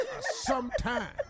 sometime